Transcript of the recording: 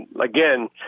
again